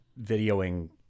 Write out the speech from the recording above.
videoing